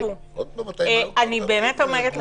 אני באמת אומרת לכם,